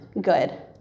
good